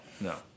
No